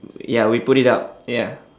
ya we put it up ya